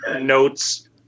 notes